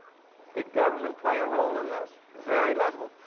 did government play a role in this? very little.